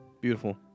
Beautiful